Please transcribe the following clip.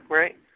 right